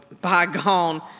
bygone